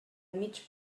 mig